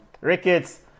ricketts